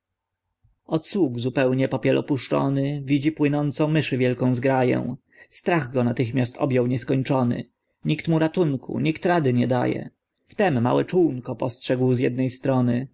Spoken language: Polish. sług zupełnie popiel opuszczony widzi płynącą myszy wielką zgraję strach go natychmiast objął nieskończony nikt mu ratunku nikt rady nie daje wtem małe czołnko postrzegł z jednej strony